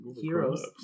heroes